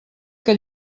que